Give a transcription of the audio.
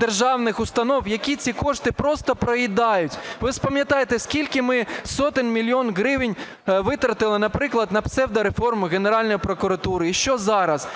державних установ, які ці кошти просто проїдають. Ви ж пам'ятаєте, скільки ми сотень мільйонів гривень витратили, наприклад, на псевдореформу Генеральної прокуратури. І що зараз?